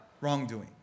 wrongdoing